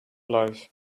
life